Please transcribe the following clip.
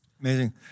Amazing